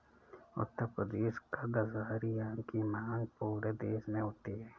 उत्तर प्रदेश का दशहरी आम की मांग पूरे देश में होती है